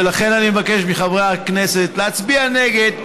ולכן אני מבקש מחברי הכנסת להצביע נגד,